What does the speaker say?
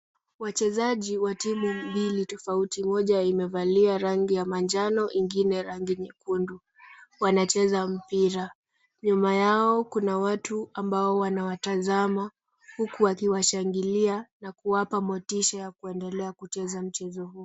Wachezaji wa timu mbili tofauti moja imevalia rangi ya manjano na ingine rangi nyekundu wanacheza mpira. Nyuma yao kuna watu wanawatazama huku wakiwashangilia na kuwapa motisha ya kuendelea kucheza mchezo huu.